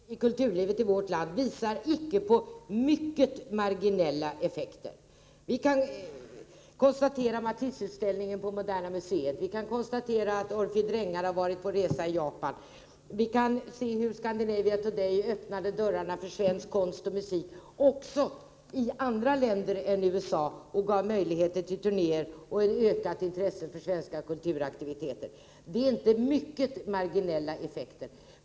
Herr talman! Utvecklingen inom kulturlivet i vårt land visar inte att det är fråga om ”mycket marginella effekter”. Se på Matisseutställningen på Moderna museet. Orphei Drängar har varit på resa i Japan. Scandinavian Today öppnade dörrarna för svensk konst och musik också i andra länder än USA och gav möjlighet till turnéer samt skapade ett ökat intresse för svenska kulturaktiviteter. Det är inte ”mycket marginella effekter”.